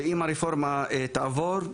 ואם הרפורמה תעבור,